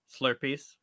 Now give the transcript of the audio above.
Slurpees